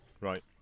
Right